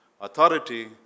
authority